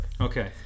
Okay